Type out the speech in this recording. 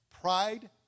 Pride